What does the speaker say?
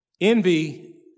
Envy